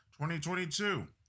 2022